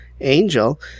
Angel